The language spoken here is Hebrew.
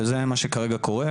וזה מה שכרגע קורה.